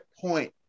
point